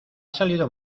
salido